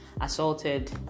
assaulted